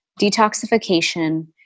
detoxification